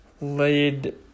laid